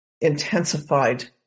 intensified